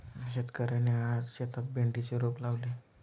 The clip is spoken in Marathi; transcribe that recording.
शेतकऱ्याने आज शेतात भेंडीचे रोप लावले